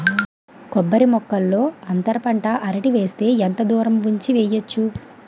కొబ్బరి మొక్కల్లో అంతర పంట అరటి వేస్తే ఎంత దూరం ఉంచి వెయ్యొచ్చు?